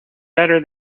better